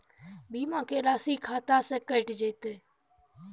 बीमा के राशि खाता से कैट जेतै?